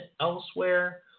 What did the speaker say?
elsewhere